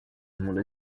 mulle